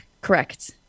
Correct